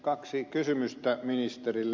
kaksi kysymystä ministerille